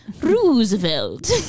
Roosevelt